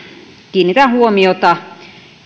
kiinnitän huomiota